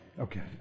Okay